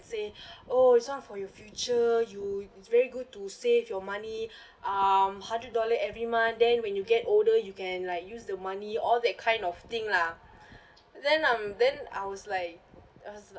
say oh this one for your future you it's very good to save your money um hundred dollar every month then when you get older you can like use the money all that kind of thing lah then I'm then I was like us